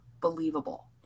Believable